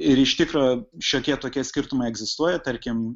ir iš tikro šiokie tokie skirtumai egzistuoja tarkim